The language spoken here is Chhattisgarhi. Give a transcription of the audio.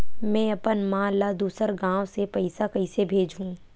में अपन मा ला दुसर गांव से पईसा कइसे भेजहु?